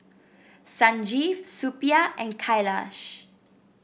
Sanjeev Suppiah and Kailash